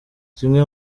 zimwe